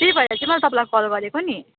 त्यही भएर चाहिँ मैले तपाईँलाई कल गरेको नि